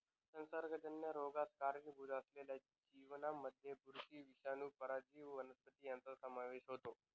संसर्गजन्य रोगास कारणीभूत असलेल्या जीवांमध्ये बुरशी, विषाणू, परजीवी वनस्पती यांचा समावेश होतो